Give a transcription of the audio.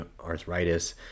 arthritis